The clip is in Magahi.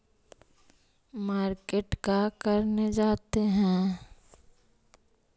मार्किट का करने जाते हैं?